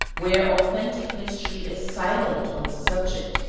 where authentic history is silent on the subject,